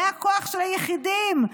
זה הכוח של היחידים.